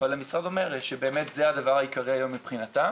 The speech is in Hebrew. אבל המשרד אומר שבאמת זה הדבר העיקרי היום מבחינתם